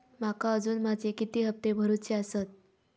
माका अजून माझे किती हप्ते भरूचे आसत?